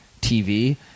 TV